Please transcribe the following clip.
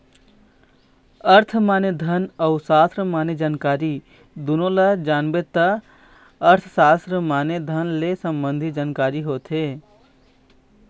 अर्थ माने धन अउ सास्त्र माने जानकारी दुनो ल जानबे त अर्थसास्त्र माने धन ले संबंधी जानकारी होथे